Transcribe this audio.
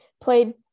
played